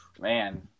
Man